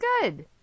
good